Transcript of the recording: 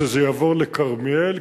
שזה יעבור לכרמיאל.